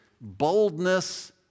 boldness